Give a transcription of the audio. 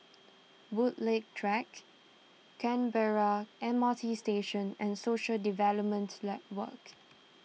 Woodleigh Track Canberra M R T Station and Social Development Network